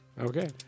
Okay